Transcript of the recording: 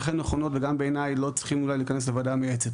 אכן נכונות וגם בעיניי אולי לא צריכות להיכנס לוועדה המייעצת.